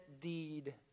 deed